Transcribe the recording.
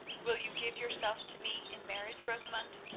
will you give yourself to me in marriage, rosamund?